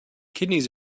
kidneys